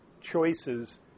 choices